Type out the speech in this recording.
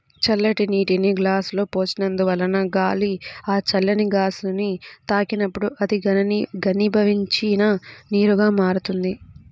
చల్లటి నీటిని గ్లాసులో పోసినందువలన గాలి ఆ చల్లని గ్లాసుని తాకినప్పుడు అది ఘనీభవించిన నీరుగా మారుతుంది